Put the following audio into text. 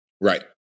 Right